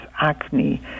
acne